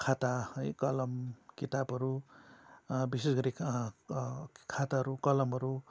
खाता है कलम किताबहरू विशेष गरि खाताहरू कलमहरू